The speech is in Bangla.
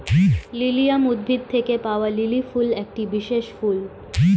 লিলিয়াম উদ্ভিদ থেকে পাওয়া লিলি ফুল একটি বিশেষ ফুল